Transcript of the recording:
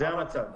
זה המצב.